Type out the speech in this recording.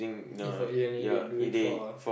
if for e-learning they do it for